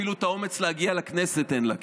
אפילו את האומץ להגיע לכנסת אין לה,